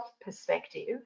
perspective